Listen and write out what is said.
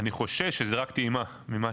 אני חושש שזו רק טעימה ממה